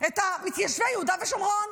את מתיישבי יהודה ושומרון.